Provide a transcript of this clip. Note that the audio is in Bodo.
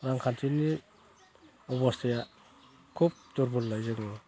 रांखान्थिनि अब'स्थाया खोब दुरबलखाय जोङो